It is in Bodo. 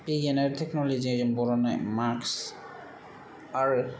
बिगियान आरो टेक्न'लजि जों बरननाय मास्क आरो